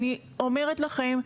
אני אומרת לכם,